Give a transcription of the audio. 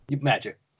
Magic